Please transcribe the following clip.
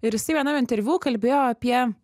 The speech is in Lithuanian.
ir jisai vienam interviu kalbėjo apie